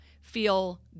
feel